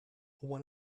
one